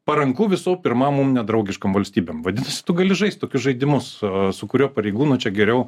paranku visų pirma mum nedraugiškoms valstybėm vadinasi tu gali žaist tokius žaidimus su kuriuo pareigūnų čia geriau